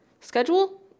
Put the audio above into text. schedule